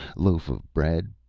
loaf of bread,